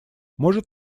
может